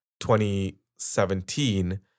2017